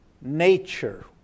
nature